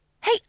Hey